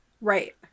Right